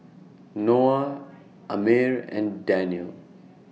Noah Ammir and Danial